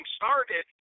started